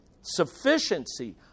Sufficiency